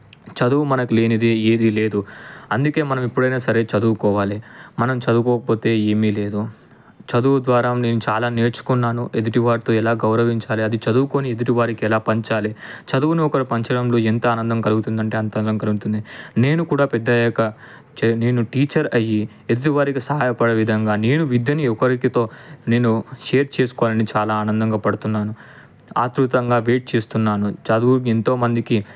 చదువు మనకు లేనిదే ఏది లేదు అందుకే మనం ఎప్పుడైనా సరే చదువుకోవాలి మనం చదువుకోకపోతే ఏమీ లేదు చదువు ద్వారా నేను చాలా నేర్చుకున్నాను ఎదుటివారితో ఎలా గౌరవించాలి అది చదువుకొని ఎదుటివారికి ఎలా పంచాలి చదువుని ఒకరు పంచడంలో ఎంత ఆనందం కలుగుతుంది అంటే అంత ఆనందం కలుగుతుంది నేను కూడా పెద్ద అయ్యాక చే నేను టీచర్ అయ్యి ఎదుటివారికి సహాయ పడే విధంగా నేను విద్యని ఒకరితో నేను షేర్ చేసుకోవాలని నేను చాలా ఆనంద పడుతున్నాను ఆత్రుతంగా వెయిట్ చేస్తున్నాను చదువు ఎంతోమందికి